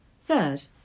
Third